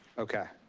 okay.